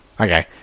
Okay